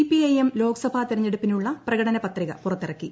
C P I M Lok Sabha തെരഞ്ഞെടുപ്പിനുള്ള പ്രകടന പത്രിക പുറത്തിറക്കി